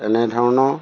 তেনেধৰণৰ